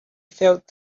felt